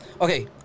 Okay